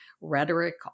rhetoric